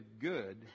good